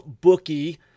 Bookie